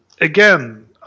again